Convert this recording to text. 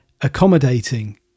accommodating